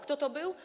Kto to był?